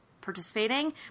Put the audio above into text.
participating